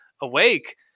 awake